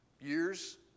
Years